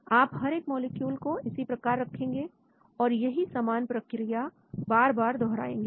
तो आप हर एक मॉलिक्यूल को इसी प्रकार रखेंगे और यही समान प्रक्रिया बार बार दोहराएंगे